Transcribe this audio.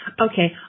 Okay